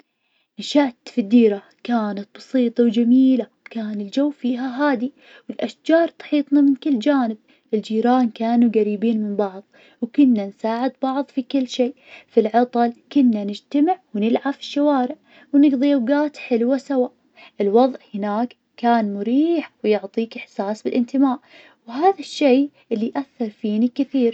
نشأت في ديرة كانت بسيطة وجميلة, كان الجو في هادي, والأشجار تحيطنا من كل جانب, الجيران كانوا قريبين من بعض, وكنا نساعد بعض في كل شي, في العطل كنا نجتمع ونلعب في الشوارع ونقضي أوقات حلوة سوا, الوضع هناك كان مريح ويعطيك إحساس بالإنتماء, وهذا الشيء اللي أثر فيني كثير.